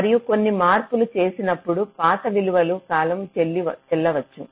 మరియు కొన్ని మార్పులు చేసినప్పుడు పాత విలువలు కాలం చెల్లా వచ్చు